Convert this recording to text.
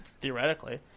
Theoretically